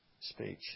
Speech